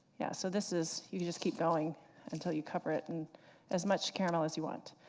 yeah so this is, you you just keep going until you cover it, and as much caramel as you want.